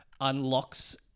unlocks